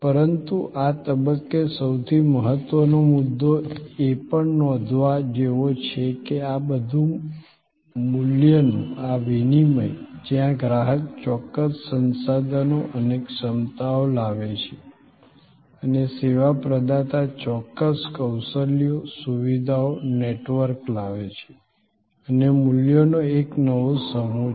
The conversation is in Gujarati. પરંતુ આ તબક્કે સૌથી મહત્ત્વનો મુદ્દો એ પણ નોંધવા જેવો છે કે આ બધું મૂલ્યનું આ વિનિમય જ્યાં ગ્રાહક ચોક્કસ સંસાધનો અને ક્ષમતાઓ લાવે છે અને સેવા પ્રદાતા ચોક્કસ કૌશલ્યો સુવિધાઓ નેટવર્ક લાવે છે અને મૂલ્યોનો એક નવો સમૂહ છે